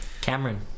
Cameron